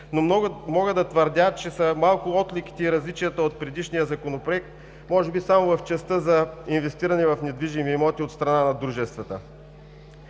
но мога да твърдя, че са малко отликите и различията от предишния Законопроект – може би само в частта за инвестиране в недвижими имоти от страна на дружествата.